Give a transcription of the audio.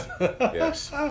Yes